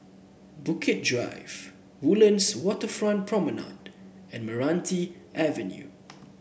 Bukit Drive Woodlands Waterfront Promenade and Meranti Avenue